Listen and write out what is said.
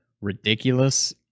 ridiculous